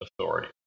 authority